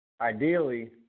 Ideally